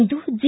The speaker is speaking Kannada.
ಇಂದು ಜಿ